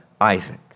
Isaac